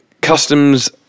customs